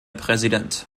präsident